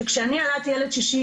שכשאני ילדתי ילד שישי